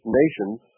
nations